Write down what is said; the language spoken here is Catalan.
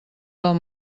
del